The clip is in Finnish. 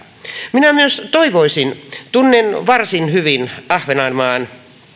minä myös toivoisin tunnen varsin hyvin ahvenanmaan